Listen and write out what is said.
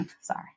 Sorry